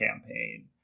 campaign